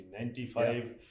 1995